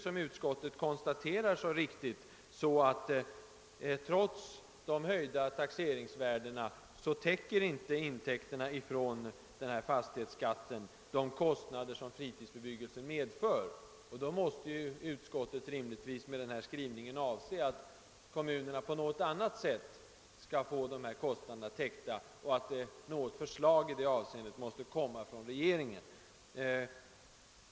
Som utskottet så riktigt konstaterar, täcker inte intäkterna från fastighetsskatten de kostnader som fritidsbebyggelsen medför, trots att taxeringsvärdena nyligen höjts. Med sin skrivning måste utskottet rimligtvis avse att kommunerna skall få kostnaderna täckta på annat sätt, och att förslag i det avseendet måste läggas fram av regeringen.